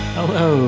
Hello